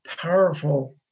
powerful